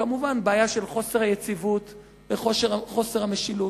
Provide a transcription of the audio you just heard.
כמובן, הבעיה של חוסר היציבות וחוסר המשילות.